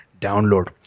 download